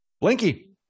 Blinky